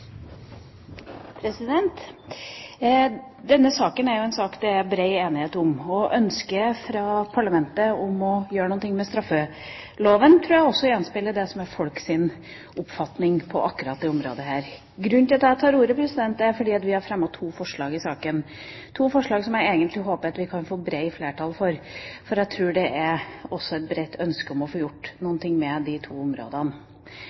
en sak det er bred enighet om, og ønsket fra parlamentet om å gjøre noe med straffeloven, tror jeg også gjenspeiler folks oppfatning på akkurat dette området. Grunnen til at jeg tar ordet, er at vi har fremmet to forslag i saken. Det er to forslag som jeg håper vi kan få bredt flertall for, for jeg tror det er et bredt ønske om å få gjort noe på de to områdene.